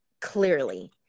clearly